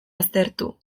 aztertu